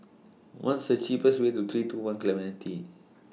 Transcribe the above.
What's The cheapest Way to three two one Clementi